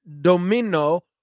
domino